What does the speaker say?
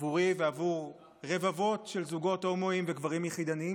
עבורי ועבור רבבות של זוגות הומואים וגברים יחידניים